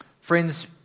Friends